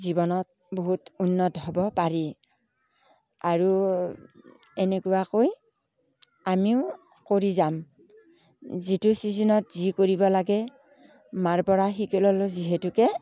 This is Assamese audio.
জীৱনত বহুত উন্নত হ'ব পাৰি আৰু এনেকুৱাকৈ আমিও কৰি যাম যিটো ছিজ'নত যি কৰিব লাগে মাৰ পৰা শিকি ল'লো যিহেতুকে